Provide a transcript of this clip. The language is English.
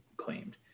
claimed